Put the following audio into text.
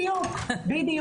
בדיוק.